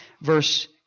verse